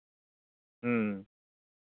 ᱦᱩᱸ